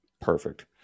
Perfect